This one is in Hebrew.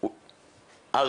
הייתי מתחילת הישיבה.